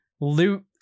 Loot